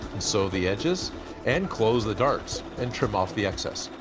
so the edges and close the darks and trim off the excess.